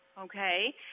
okay